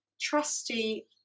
trusty